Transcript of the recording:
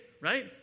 right